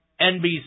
NBC